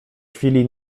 chwili